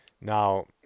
Now